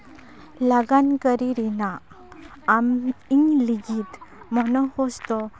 ᱞᱟᱜᱟᱱ ᱠᱟᱹᱨᱤ ᱨᱮᱱᱟᱜ ᱟᱢ ᱤᱧ ᱞᱟᱹᱜᱤᱫ ᱢᱚᱱᱳᱦᱳᱥ ᱫᱚ